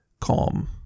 calm